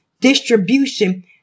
distribution